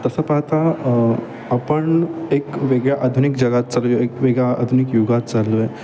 तसं पाहता आपण एक वेगळ्या आधुनिक जगात चाल एक वेगळ्या आधुनिक युगात चाललो आहे